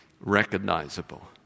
Recognizable